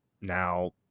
now